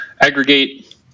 aggregate